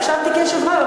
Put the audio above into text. הקשבתי קשב רב,